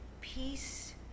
peace